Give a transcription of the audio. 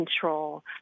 control